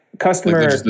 Customer